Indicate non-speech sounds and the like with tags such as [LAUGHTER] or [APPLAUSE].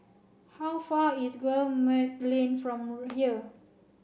how far is Guillemard Lane from [UNINTELLIGIBLE] here